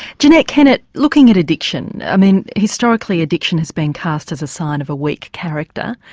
jeanette kennett, looking at addiction, i mean historically addiction has been cast as a sign of a weak character,